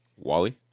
Wally